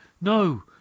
No